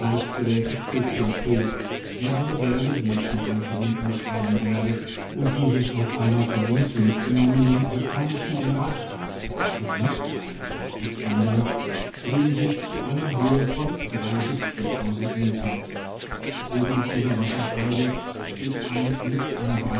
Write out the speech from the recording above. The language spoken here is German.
hochplateau mehrere berge die ich noch weiter unten beschreiben werde und die sich auf einer von uns mitgenommenen japanischen generalstabskarte nicht eingezeichnet fanden erheben sich zu einer höhe von drei bis vier metern oben auf dieser wasserscheide steht ein mit einer